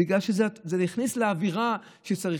בגלל שזה הכניס לאווירה שצריך.